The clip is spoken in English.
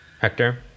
Hector